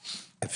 מי ביקש?